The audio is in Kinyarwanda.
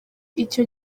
icyo